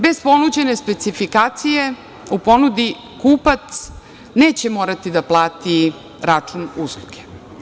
Bez ponuđene specifikacije u ponudi kupac neće morati da plati račun usluge.